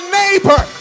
neighbor